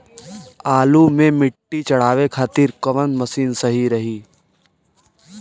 आलू मे मिट्टी चढ़ावे खातिन कवन मशीन सही रही?